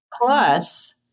plus